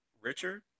Richard